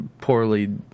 poorly